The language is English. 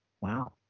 wow